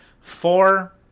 Four